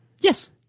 yes